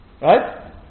Right